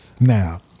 Now